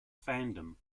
fandom